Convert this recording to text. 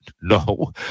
no